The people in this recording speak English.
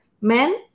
men